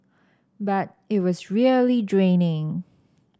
but it was really draining